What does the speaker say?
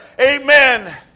Amen